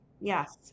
yes